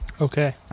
Okay